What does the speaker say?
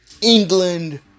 England